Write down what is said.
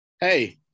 Hey